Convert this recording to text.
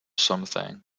something